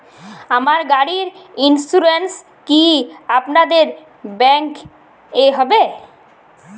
আমার গাড়ির ইন্সুরেন্স কি আপনাদের ব্যাংক এ হবে?